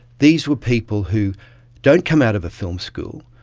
these were people who don't come out of a film school,